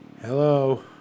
Hello